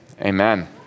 amen